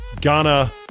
Ghana